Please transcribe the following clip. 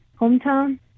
hometown